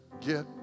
get